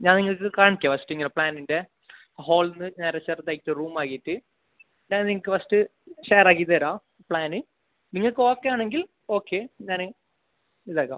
ഞാൻ നിങ്ങൾക്ക് കാണിക്കാം ഫസ്റ്റ് പ്ലാനിൻ്റെ ഹോളുന്ന് നേരെ ചെറുതായിട്ട് റൂമായിട്ട് ഞാൻ നിങ്ങൾക്ക് ഫസ്റ്റ് ഷെയറാക്കി തരാം പ്ലാന് നിങ്ങൾക്ക് ഓക്കെയാണെങ്കിൽ ഓക്കെ ഞാൻ ഇതാക്കാം